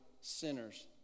sinners